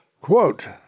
Quote